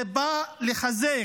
זה בא לחזק